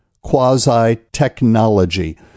quasi-technology